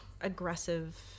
aggressive